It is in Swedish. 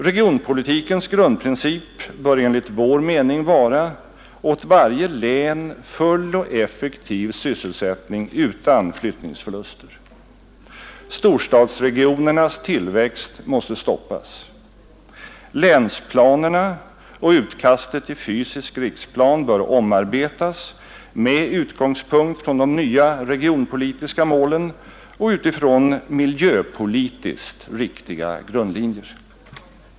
Regionpolitikens grundprincip bör enligt vår mening vara: åt varje län full och effektiv sysselsättning utan flyttningsförluster. Storstadsregionernas tillväxt måste stoppas. Länsplanerna och utkastet till fysisk riksplan bör omarbetas med utgångspunkt från de nya regionpolitiska målen och utifrån miljöpolitiskt riktiga grundlinjer.